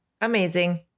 Amazing